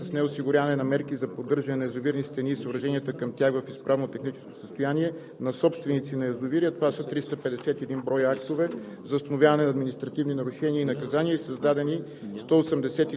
за 2020 г. са констатирани нарушения, свързани с неосигуряване на мерки за поддържане на язовирни стени и съоръженията към тях в изправно техническо състояние. На собствениците на язовири, а това са 351 броя актове